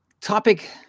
topic